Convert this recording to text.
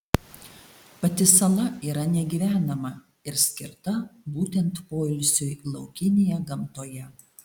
pati sala yra negyvenama ir skirta būtent poilsiui laukinėje gamtoje